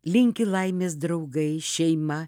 linki laimės draugai šeima